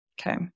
Okay